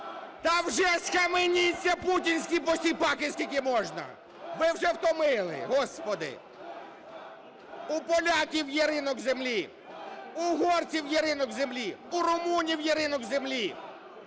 Та вже схаменіться, путінські посіпаки, скільки можна! Ви вже втомили, Господи. (Шум у залі) У поляків є ринок землі, в угорців є ринок землі, у румунів є ринок землі.